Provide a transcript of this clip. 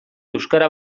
euskara